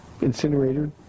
incinerator